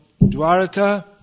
Dwaraka